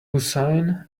hussein